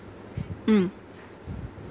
mm